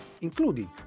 including